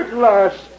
last